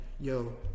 Yo